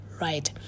right